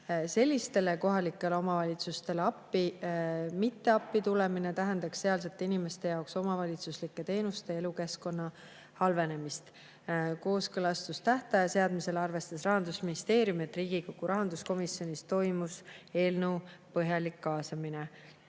Sellistele kohalikele omavalitsustele mitte appi tulemine tähendaks sealsete inimeste jaoks omavalitsuste teenuste [pakkumise] ja elukeskkonna halvenemist. Kooskõlastustähtaja seadmisel arvestas Rahandusministeerium, et Riigikogu rahanduskomisjonis toimub eelnõu põhjalik kaasamine. Aga